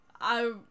I-